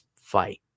fight